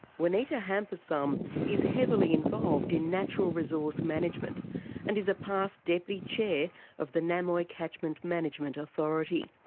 juanita hamparsum is heavily involved in natural resource management and is a past deputy chair of the namoi catchment management authority.